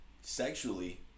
sexually